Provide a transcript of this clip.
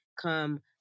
come